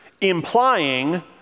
implying